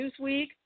Newsweek